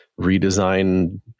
redesign